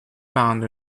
band